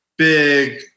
big